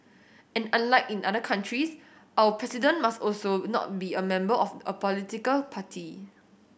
and unlike in other countries our President must also not be a member of a political party